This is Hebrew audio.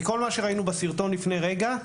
כי כל מה שראינו בסרטון לפני רגע,